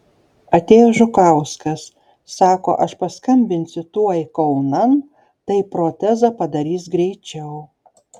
atėjo žukauskas sako aš paskambinsiu tuoj kaunan tai protezą padarys greičiau